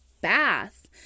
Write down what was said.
bath